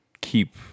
keep